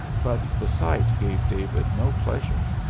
but the sight gave david no pleasure.